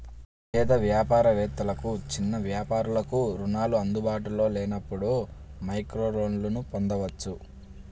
పేద వ్యాపార వేత్తలకు, చిన్న వ్యాపారాలకు రుణాలు అందుబాటులో లేనప్పుడు మైక్రోలోన్లను పొందొచ్చు